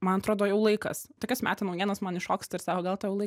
man atrodo jau laikas tokias metų naujienas man iššoksta ir sako gal tau jau lai